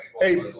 Hey